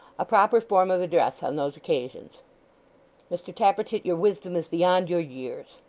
a proper form of address on those occasions mr tappertit, your wisdom is beyond your years.